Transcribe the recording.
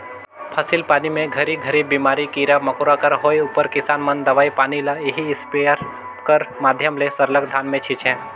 फसिल पानी मे घरी घरी बेमारी, कीरा मकोरा कर होए उपर किसान मन दवई पानी ल एही इस्पेयर कर माध्यम ले सरलग धान मे छीचे